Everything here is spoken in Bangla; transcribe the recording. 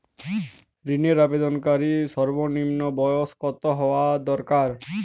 ঋণের আবেদনকারী সর্বনিন্ম বয়স কতো হওয়া দরকার?